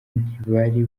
ntibari